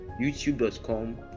youtube.com